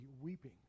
weeping